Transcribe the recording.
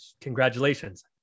Congratulations